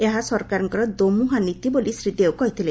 ଏହା ସରକାରଙ୍କ ଦୋମୁହାଁ ନୀତି ବୋଲି ଶ୍ରୀ ଦେଓ କହିଥିଲେ